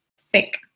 thick